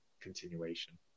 continuation